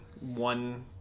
one